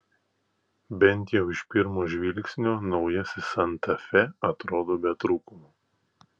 bent jau iš pirmo žvilgsnio naujasis santa fe atrodo be trūkumų